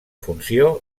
funció